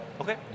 Okay